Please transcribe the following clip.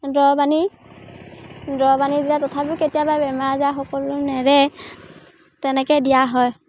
দৰৱ আনি দিলে তথাপিও কেতিয়াবা বেমাৰ আজাৰ সকলো নেৰে তেনেকে দিয়া হয়